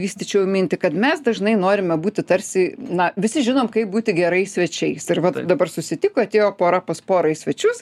vystyčiau mintį kad mes dažnai norime būti tarsi na visi žinom kaip būti gerais svečiais ir vat dabar susitiko atėjo pora pas porą į svečius